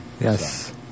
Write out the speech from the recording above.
yes